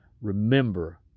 Remember